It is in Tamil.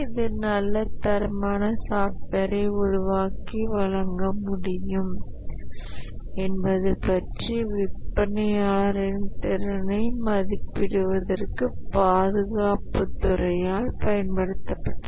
இது ஒரு நல்ல தரமான சாப்ட்வேர்ஐ உருவாக்கி வழங்க முடியுமா என்பது பற்றி விற்பனையாளரின் திறனை மதிப்பிடுவதற்கு பாதுகாப்புத் துறையால் பயன்படுத்தப்பட்டது